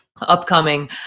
upcoming